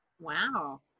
Wow